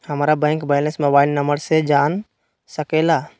हमारा bank balance mobile number से जान सके ला?